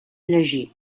llegir